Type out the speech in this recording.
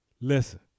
listen